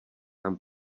tam